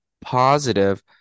positive